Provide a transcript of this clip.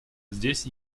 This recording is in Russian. здесь